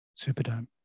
Superdome